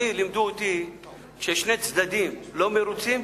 אותי לימדו שכששני הצדדים לא מרוצים,